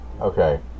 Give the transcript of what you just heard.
Okay